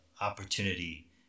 opportunity